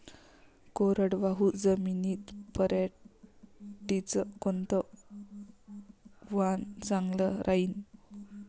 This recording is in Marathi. कोरडवाहू जमीनीत पऱ्हाटीचं कोनतं वान चांगलं रायीन?